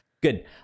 good